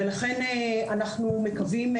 ולכן אנחנו מקווים,